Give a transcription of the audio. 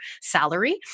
salary